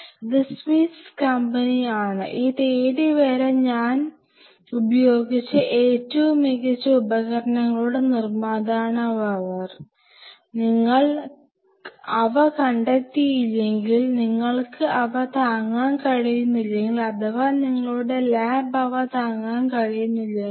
ഇത് സ്വിസ് കമ്പനിയാണ് ഈ തീയതി വരെ ഞാൻ ഉപയോഗിച്ച ഏറ്റവും മികച്ച ഉപകരണങ്ങളുടെ നിർമ്മാതാവാണ് അവർ നിങ്ങൾ അവ കണ്ടെത്തിയില്ലെങ്കിൽ നിങ്ങൾക്ക് അവ താങ്ങാൻ കഴിയുന്നില്ലെങ്കിൽ അഥവാ നിങ്ങളുടെ ലാബ് അവ താങ്ങാൻ തയ്യാറല്ലെങ്കിൽ